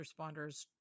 responders